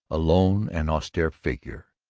a lone and austere figure.